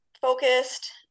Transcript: focused